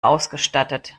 ausgestattet